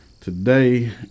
Today